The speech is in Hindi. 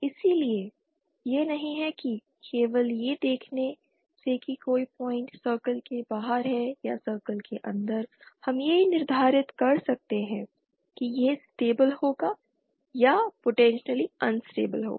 इसलिए यह नहीं है कि केवल यह देखने से कि कोई पॉइन्ट सर्कल के बाहर है या सर्कल के अंदर हम यह निर्धारित कर सकते हैं कि यह स्टेबिल होगा या पोटेंशियली अनस्टेबिल होगा